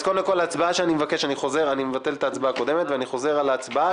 אז אני מבטל את ההצבעה הקודמת ואני חוזר על ההצבעה,